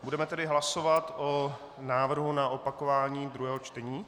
Budeme tedy hlasovat o návrhu na opakování druhého čtení.